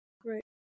great